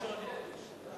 תואר ראשון יש?